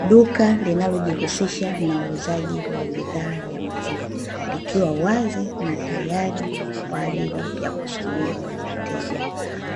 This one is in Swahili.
Duka linalojihusisha na uuzaji wa bidhaa ya maziwa, likiwa wazi na tayari kwa ajili ya kusubiri wateja